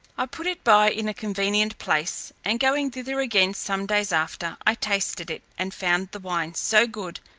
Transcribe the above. i put it by in a convenient place, and going thither again some days after, i tasted it, and found the wine so good,